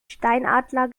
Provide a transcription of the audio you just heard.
steinadler